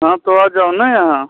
हाँ तो आ जाओ ना यहाँ